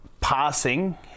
passing